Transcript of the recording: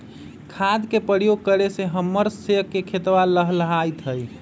खाद के प्रयोग करे से हम्मर स के खेतवा लहलाईत हई